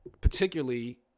Particularly